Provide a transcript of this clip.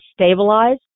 stabilize